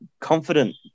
confident